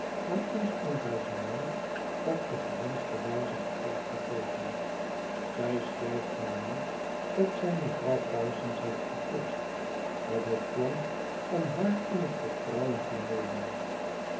aan ons engagement op de gewenschte wijze gevolg te geven zij schrijft mij nu dat zij mevrouw parsons heeft gepolst met het plan om haar in het vertrouwen te nemen